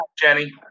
Jenny